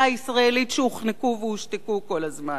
הישראלית שהוחנקו והושתקו כל הזמן.